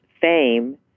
fame